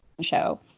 show